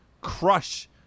crush